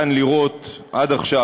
אפשר לראות עד עכשיו,